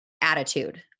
attitude